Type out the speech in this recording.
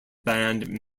band